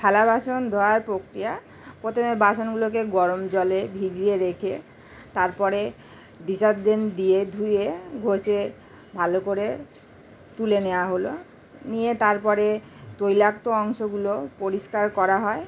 থালা বাসন ধোয়ার প্রক্রিয়া প্রথমে বাসুনগুলোকে গরম জলে ভিজিয়ে রেখে তারপরে ডিটারজেন্ট দিয়ে ধুয়ে ঘষে ভালো করে তুলে নেওয়া হলো নিয়ে তারপরে তৈলাক্ত অংশুগুলো পরিষ্কার করা হয়